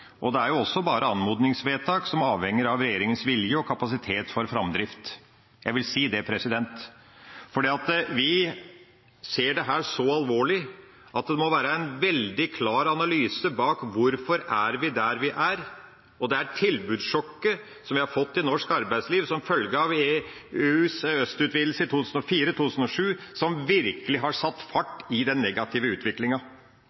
og det er også bare anmodningsvedtak, som avhenger av regjeringens vilje og kapasitet for framdrift. Jeg vil si det, for vi ser dette som så alvorlig at det må være en veldig klar analyse bak hvorfor vi er der vi er. Det er tilbudssjokket vi har fått i norsk arbeidsliv som følge av EØS-utvidelser i 2004–2007, som virkelig har satt